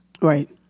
Right